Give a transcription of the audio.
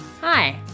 Hi